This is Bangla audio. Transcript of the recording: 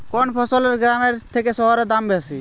কোন ফসলের গ্রামের থেকে শহরে দাম বেশি?